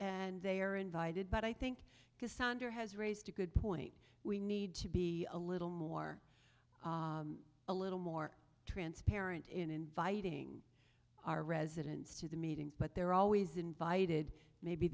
and they're invited but i think because sander has raised a good point we need to be a little more a little more transparent in inviting our residents to the meetings but they're always invited maybe